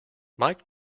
mike